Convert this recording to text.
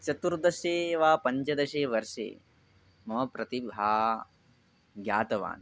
चतुर्दशेव पञ्चदशे वर्षे मम प्रतिभां ज्ञातवान्